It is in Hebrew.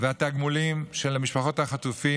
והתגמולים הבסיסיים של משפחות החטופים,